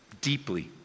deeply